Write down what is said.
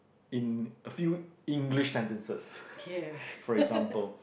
in a few English sentences for example